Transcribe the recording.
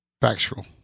factual